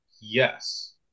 yes